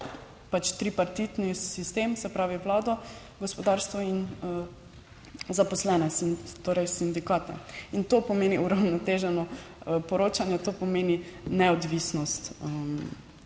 pač tripartitni sistem, se pravi vlado, gospodarstvo in zaposlene, torej sindikate in to pomeni uravnoteženo poročanje. To pomeni neodvisnost 81.